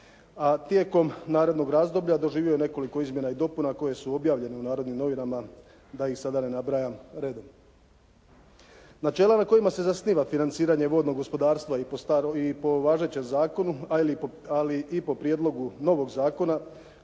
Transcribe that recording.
a tijekom narednog razdoblja doživio nekoliko izmjena i dopuna koje su objavljene u "Narodnim novinama" da ih sada ne nabrajam redom. Načelo na kojima se zasniva financiranje vodnog gospodarstva i po važećem zakonu, ali i po prijedlogu novog zakona